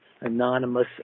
anonymous